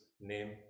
name